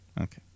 Okay